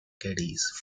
caddies